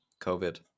COVID